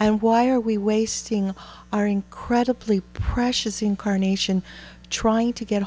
and why are we wasting our incredibly precious incarnation trying to get